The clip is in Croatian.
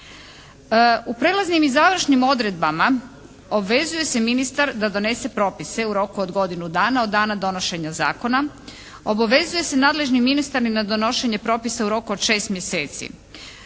U Prijelaznim i završnim odredbama obvezuje se ministar da donese propise u roku od godinu dana od dana donošenja zakona. Obavezuje se nadležni ministar i na donošenje propisa u roku od 6 mjeseci.